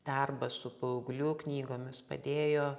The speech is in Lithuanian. darbas su paauglių knygomis padėjo